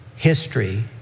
history